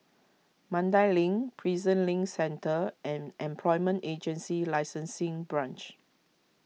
Mandai Link Prison Link Centre and Employment Agency Licensing Branch